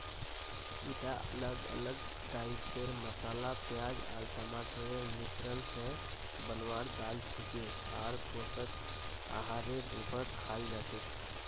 ईटा अलग अलग टाइपेर मसाला प्याज आर टमाटरेर मिश्रण स बनवार दाल छिके आर पोषक आहारेर रूपत खाल जा छेक